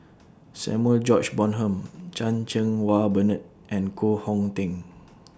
Samuel George Bonham Chan Cheng Wah Bernard and Koh Hong Teng